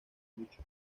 mucho